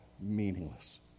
meaningless